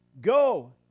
go